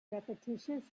repetitious